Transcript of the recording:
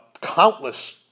countless